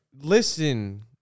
Listen